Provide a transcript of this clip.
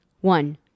One